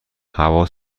هوا